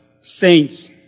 saints